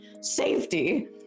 safety